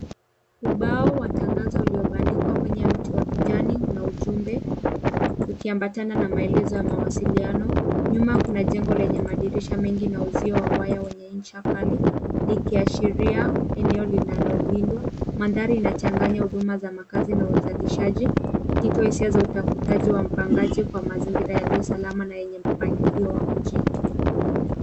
Ubao wa tangazo uliobandikwa kwenye mti wa kijani una ujumbe ukiambatana na maelezo ya mawasiliano. Nyuma kuna jengo lenye madirisha mengi na uzio wa waya wenye ncha kali likiashiria eneo linalolindwa. Mandhari inachanganya huduma za makazi na uzalishaji ikitoa hisia za utafutaji wa mpangaji kwa mazingira yaliyo salama na yenye mpangilio wa mjini.